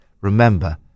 remember